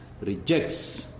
rejects